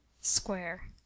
SQUARE